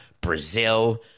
Brazil